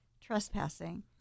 trespassing